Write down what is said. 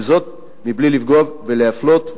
וזאת מבלי לפגוע ולהפלות,